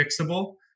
fixable